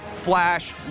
flash